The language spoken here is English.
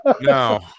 No